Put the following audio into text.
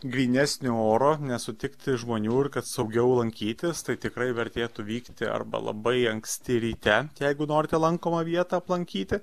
grynesnio oro nesutikti žmonių ir kad saugiau lankytis tai tikrai vertėtų vykti arba labai anksti ryte jeigu norite lankomą vietą aplankyti